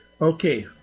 Okay